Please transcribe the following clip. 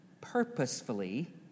purposefully